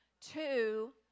Two